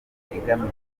igamije